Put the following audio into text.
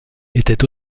était